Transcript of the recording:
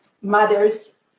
mothers